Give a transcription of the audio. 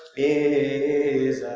a